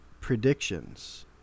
predictions